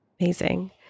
Amazing